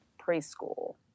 preschool